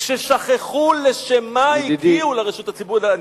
כששכחו לשם מה הגיעו לרשות הציבורית,